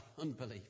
unbelief